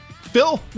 Phil